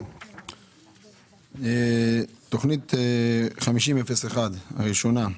תוכנית 50-01, הראשונה,